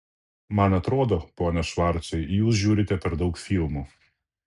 man atrodo pone švarcai jūs žiūrite per daug filmų